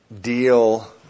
deal